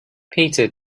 peter